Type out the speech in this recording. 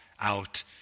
out